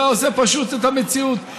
זה עושה פשוט את המציאות,